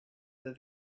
that